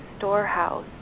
storehouse